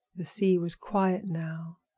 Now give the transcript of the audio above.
the sea was quiet now,